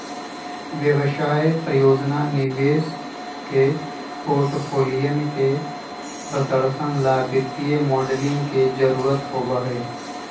व्यवसाय, परियोजना, निवेश के पोर्टफोलियन के प्रदर्शन ला वित्तीय मॉडलिंग के जरुरत होबा हई